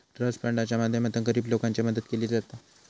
trust फंडाच्या माध्यमातना गरीब लोकांची मदत केली जाता